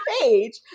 page